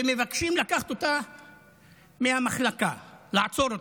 ומבקשים לקחת אותה מהמחלקה, לעצור אותה.